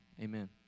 Amen